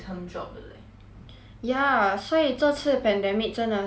ya 所以这次 pandemic 真的是你要了就是